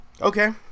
Okay